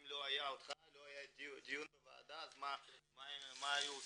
אם לא היה אותך ולא היה דיון בוועדה אז מה היו עושים.